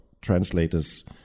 translators